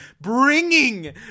Bringing